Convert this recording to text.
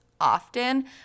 often